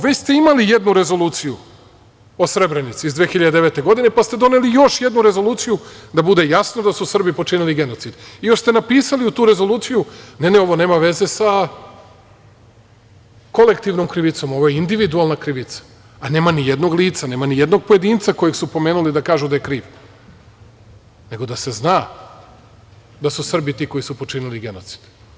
Već ste imali jednu Rezoluciju o Srebrenici iz 2009. godine, pa ste doneli još jednu Rezoluciju, da bude jasno da su Srbi počinili genocid i još ste napisali u toj rezoluciji - ne, ovo nema veze sa kolektivnom krivicom, ovo je individualna krivica, a nema nijednog lica, nema nijednog pojedinca koje su pomenuli da kažu da je kriv, nego da se zna da su Srbi ti koji su počinili genocid.